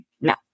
no